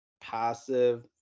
passive